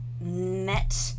met